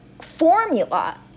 formula